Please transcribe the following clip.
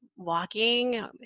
walking